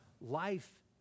life